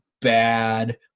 bad